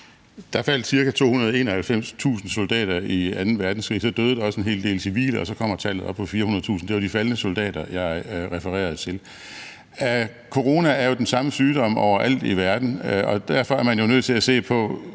Der faldt ca. 291.000 soldater i anden verdenskrig. Så døde der også en hel del civile, og så kommer tallet op på 400.000. Det var de faldne soldater, jeg refererede til. Corona er jo den samme sygdom overalt i verden, og derfor er man nødt til at se på